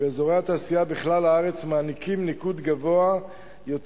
באזורי התעשייה בכלל הארץ מעניק ניקוד גבוה יותר